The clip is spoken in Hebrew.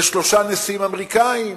של שלושה נשיאים אמריקנים